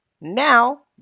Now